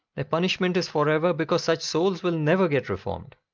their punishment is forever because such souls will never get reformed.